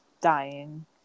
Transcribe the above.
dying